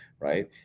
right